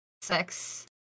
Sex